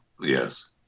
yes